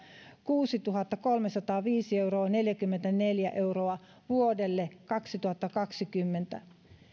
kuusituhattakolmesataaviisi pilkku neljäkymmentäneljä euroa vuodelle kaksituhattakaksikymmentä